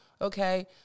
okay